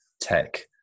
tech